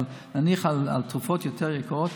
נניח לתרופות יותר יקרות.